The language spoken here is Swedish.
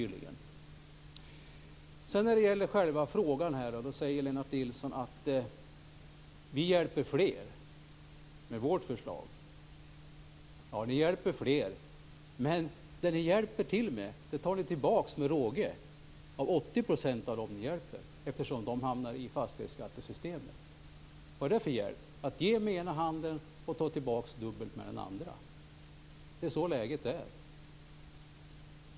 När det gäller själva frågan säger Lennart Nilsson: Vi hjälper fler med vårt förslag. Ja, ni hjälper fler. Men det ni hjälper till med, tar ni tillbaks med råge av 80 % av dem ni hjälper eftersom de hamnar i fastighetsskattesystemet. Vad är det för hjälp att ge med ena handen och ta tillbaks dubbelt med den andra? Det är så läget är.